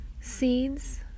seeds